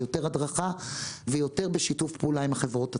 יותר הדרכה ויותר בשיתוף פעולה עם החברות עצמן.